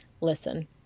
listen